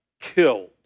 killed